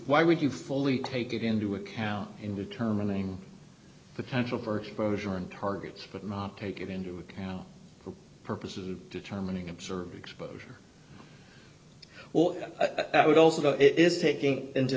fly would you fully take it into account in determining the potential for exposure and targets but not take it into account for purposes of determining observed exposure well that would also it is taking into